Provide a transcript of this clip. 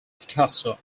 picasso